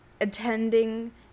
attending